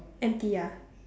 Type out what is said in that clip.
empty ah